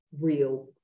real